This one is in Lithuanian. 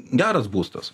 geras būstas